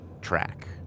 track